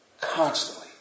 constantly